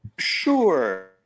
Sure